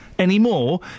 Anymore